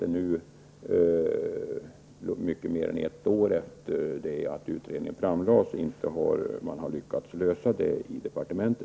Fortfarande, alltså mer än ett år efter det att utredningen lagt fram sina förslag, har man i departementet inte lyckats komma fram till en lösning.